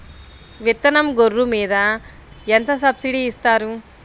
విత్తనం గొర్రు మీద ఎంత సబ్సిడీ ఇస్తారు?